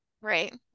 right